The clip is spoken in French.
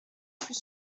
plus